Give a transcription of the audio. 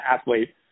athlete